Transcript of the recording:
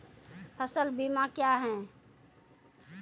फसल बीमा क्या हैं?